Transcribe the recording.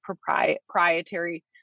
proprietary